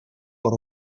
por